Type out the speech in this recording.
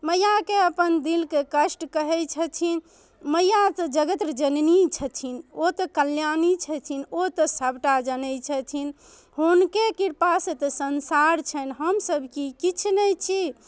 मइआके अपन दिलके कष्ट कहै छथिन मइआ तऽ जगतजननी छथिन ओ तऽ कल्याणी छथिन ओ तऽ सबटा जनै छथिन हुनके कृपासँ तऽ संसार छनि हमसभ कि किछु नहि छी